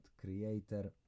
creator